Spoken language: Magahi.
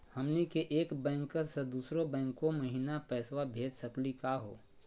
हमनी के एक बैंको स दुसरो बैंको महिना पैसवा भेज सकली का हो?